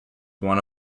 one